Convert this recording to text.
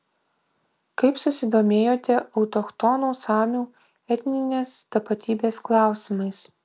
kaip susidomėjote autochtonų samių etninės tapatybės klausimais